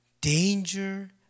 danger